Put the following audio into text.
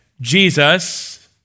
Jesus